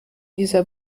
dieser